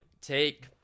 take